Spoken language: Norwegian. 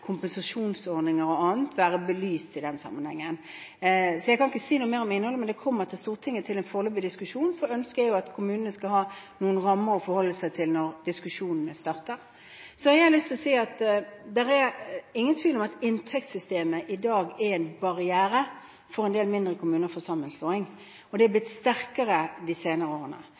kompensasjonsordninger og annet vil være belyst i den sammenheng. Jeg kan ikke si noe mer om innholdet, men det kommer til Stortinget til en foreløpig diskusjon. Så ønsker jeg at kommunene skal ha noen rammer å forholde seg til når diskusjonene starter. Jeg har igjen lyst til å si at det er ingen tvil om at inntektssystemet i dag er en barriere for sammenslåing for en del mindre kommuner, og de er blitt sterkere de senere årene.